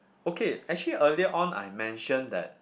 okay actually earlier on I mentioned that